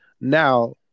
now